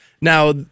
now